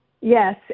Yes